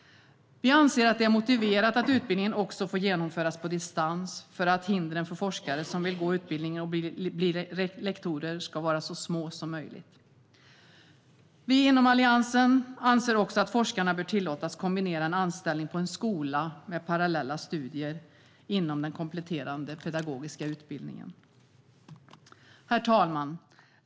Vi anser att det är motiverat att utbildningen också får genomföras på distans för att hindren för forskare som vill gå utbildningen och bli lektorer ska vara så små som möjligt. Vi i Alliansen anser också att forskarna bör tillåtas kombinera en anställning på en skola med parallella studier inom den kompletterande pedagogiska utbildningen. Herr talman!